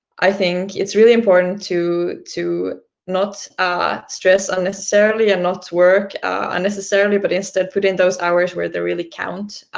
i think it's really important to to not ah stress unnecessarily, and not work unnecessarily, but instead put in those hours where they really count,